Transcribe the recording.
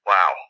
Wow